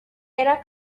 era